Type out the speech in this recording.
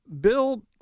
Bill